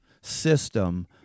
system